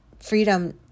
freedom